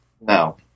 No